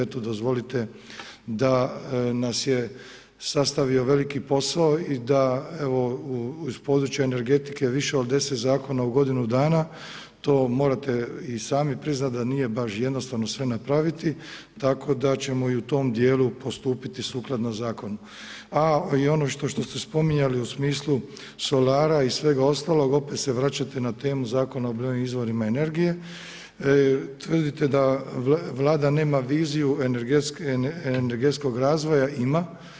Eto, dozvolite da nas je sastavio veliki posao i da iz područja energetike više od 10 zakona u godinu dana, to morate i sami priznati da nije baš jednostavno sve napraviti, tako da ćemo i u tom dijelu postupiti sukladno zakonu, a i ono što ste spominjali u smislu solara i svega ostaloga, opet se vraćate na temu Zakona o obnovljivim izvorima energije, tvrdite da Vlada nema viziju energetskog razvoja, ima.